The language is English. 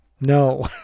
No